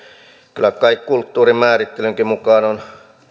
kyllä kai kulttuurin määrittelynkin mukaan on